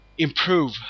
Improve